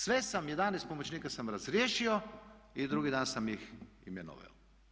Sve sam, 11 pomoćnika sam razriješio i drugi dan sam ih imenovao.